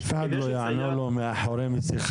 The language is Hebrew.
אף אחד לא יענה לו מאחורי מסכה,